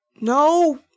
No